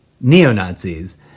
neo-Nazis